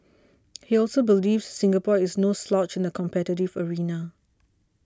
he also believes Singapore is no slouch in the competitive arena